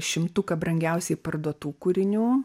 šimtuką brangiausiai parduotų kūrinių